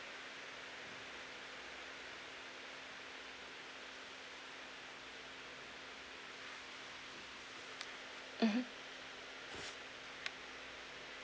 mmhmm